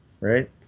right